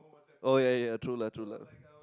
oh ya ya true lah true lah